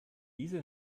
diese